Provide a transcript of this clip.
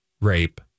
rape